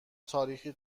تاریخی